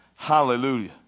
Hallelujah